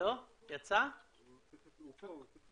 מנהל מחוז חוף מהרשות למניעת אלימות,